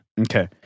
Okay